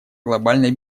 глобальной